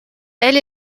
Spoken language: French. elle